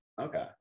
Okay